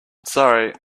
sorry